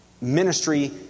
ministry